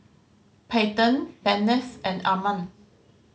Payton Bennett and Arman